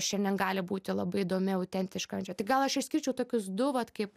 šiandien gali būti labai įdomi autentiška tai gal aš išskirčiau tokius du vat kaip